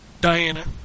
Diana